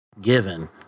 given